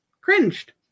Cringed